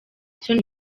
isoni